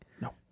No